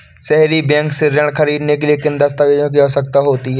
सहरी बैंक से ऋण ख़रीदने के लिए किन दस्तावेजों की आवश्यकता होती है?